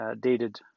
dated